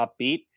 upbeat